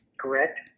Correct